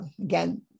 again